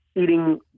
eating